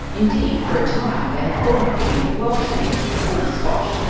indeed, for a time they had thought of giving it a welsh name, or a scotch.